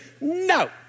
No